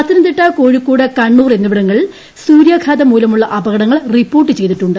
പത്തനംതിട്ട കോഴിക്കോട് കണ്ണൂർ എന്നിവിടങ്ങളിൽ സൂര്യാഘാതം മൂലമുള്ള അപകടങ്ങൾ റിപ്പോർട്ട് ചെയ്തിട്ടുണ്ട്